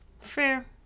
Fair